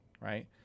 Right